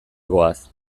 goaz